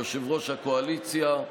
יושב-ראש הקואליציה,